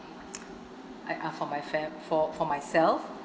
I uh for my fam~ for for myself